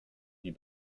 die